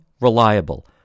reliable